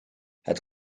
het